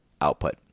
output